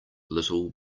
little